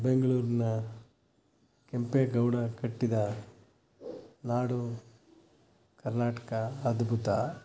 ಬೆಂಗಳೂರಿನ ಕೆಂಪೇಗೌಡ ಕಟ್ಟಿದ ನಾಡು ಕರ್ನಾಟಕ ಅದ್ಭುತ